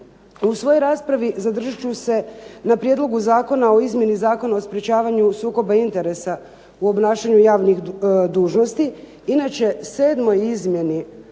U svojoj raspravi zadržat ću se na Prijedlogu zakona o izmjeni Zakona o sprečavanju sukoba interesa u obnašanju javnih dužnosti.